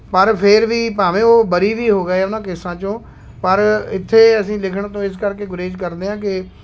ਪਰ ਫਿਰ ਵੀ ਭਾਵੇਂ ਉਹ ਬਰੀ ਵੀ ਹੋ ਗਏ ਉਹਨਾਂ ਕੇਸਾਂ 'ਚੋਂ ਪਰ ਇੱਥੇ ਅਸੀਂ ਲਿਖਣ ਤੋਂ ਇਸ ਕਰਕੇ ਗੁਰੇਜ਼ ਕਰਦੇ ਹਾਂ ਕਿ